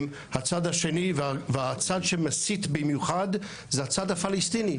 הצד השני והצד שמסית במיוחד זה הצד הפלסטיני.